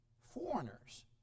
foreigners